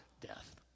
death